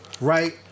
right